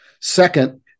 Second